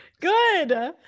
Good